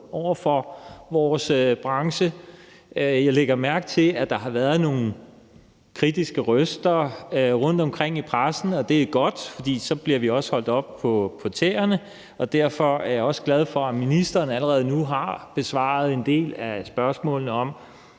over for branchen. Jeg har lagt mærke til, at der har været nogle kritiske røster rundtomkring i pressen, og det er godt, for så bliver vi også holdt oppe på tæerne, og derfor er jeg også glad for, at ministeren allerede nu har besvaret en del af spørgsmålene om,